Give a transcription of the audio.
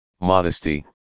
modesty